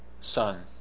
son